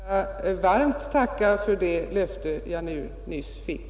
Fru talman! Jag vill varmt tacka för det löfte jag nyss fick.